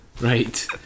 Right